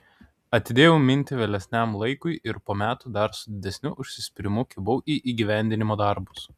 atidėjau mintį vėlesniam laikui ir po metų dar su didesniu užsispyrimu kibau į įgyvendinimo darbus